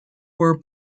were